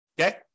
Okay